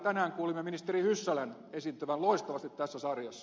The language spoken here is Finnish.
tänään kuulimme ministeri hyssälän esiintyvän loistavasti tässä sarjassa